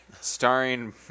starring